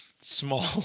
small